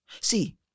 See